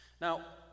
Now